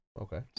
Okay